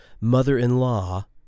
mother-in-law